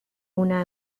una